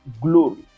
glory